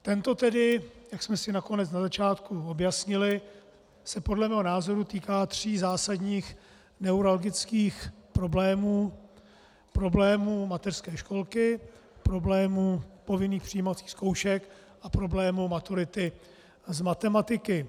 Tento tedy, jak jsme si nakonec na začátku objasnili, se podle mého názoru týká tří zásadních neuralgických problémů: problému mateřské školky, problému povinných přijímacích zkoušek a problému maturity z matematiky.